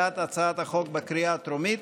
בעד הצעת החוק בקריאה הטרומית,